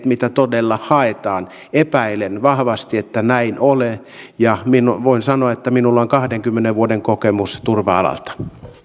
mitä todella haetaan epäilen vahvasti että näin ei ole ja voin sanoa että minulla on kahdenkymmenen vuoden kokemus turva alalta